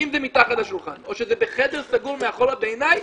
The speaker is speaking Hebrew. אם זה מתחת השולחן או בחדר סגור בעיניי,